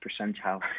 percentile